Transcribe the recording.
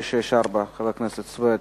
חבר הכנסת חנא סוייד